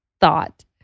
thought